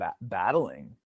battling